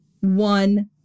One